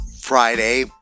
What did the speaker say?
Friday